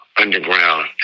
underground